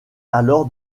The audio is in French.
alors